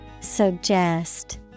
Suggest